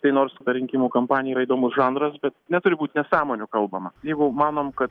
tai nors rinkimų kampanija yra įdomus žanras bet neturi būt nesąmonių kalbama jeigu manom kad